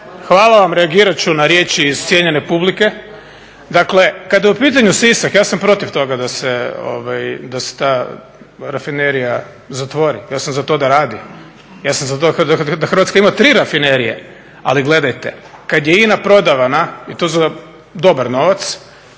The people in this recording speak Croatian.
hvala vam, reagirat ću na riječi iz cijenjene publike, dakle kada je u pitanju Sisak ja sam protiv toga da se ta rafinerija zatvori, ja sam za to da radi. Ja sam za to da Hrvatska ima tri rafinerije. Ali gledajte, kad je INA prodavana i to za dobar novac